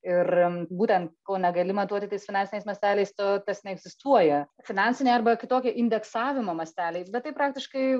ir būtent ko negali matuoti tais finansiniais masteliais to tas neegzistuoja finansinio arba kitokia indeksavimo masteliais bet tai praktiškai